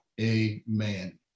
Amen